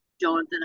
Jonathan